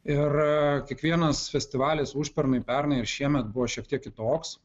ir kiekvienas festivalis užpernai pernai ir šiemet buvo šiek tiek kitoks